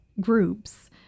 groups